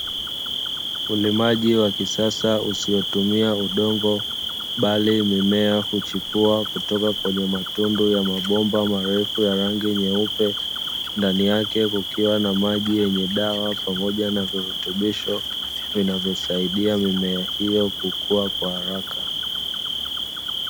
Ulimaji wa kisasa usiotumia udongo bali mimea huchipua kutoka kwenye matunda ya mabomba marefu ya rangi meupe. Ndani yake kukiwa na maji yenye dawa pamoja virutubisho vinavosaidia mimea hiyo kukua haraka.